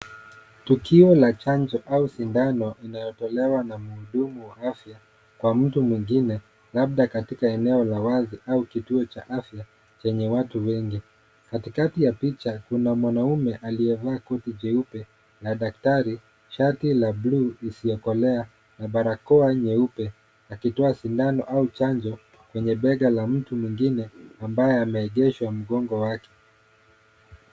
Tukio la chanjo au sindano inayotolewa na mhudumu wa afya kwa mtu mwingine labda katika eneo la wazi au kituo cha afya chenye watu wengi. Katikati ya picha kuna mwanaume aliyevaa suti jeupe na daktari shati la buluu isiyokolea na barakoa nyeupe akitoa sindano au chanjo, kwenye bega la mtu mwingine ambaye ameegeshwa mgongo wake.